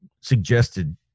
suggested